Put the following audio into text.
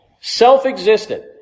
self-existent